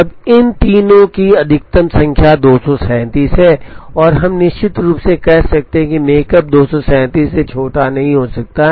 अब इन तीनों की अधिकतम संख्या 237 है और हम निश्चित रूप से कह सकते हैं कि मेकएप 237 से छोटा नहीं हो सकता है